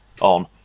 on